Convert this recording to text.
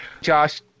Josh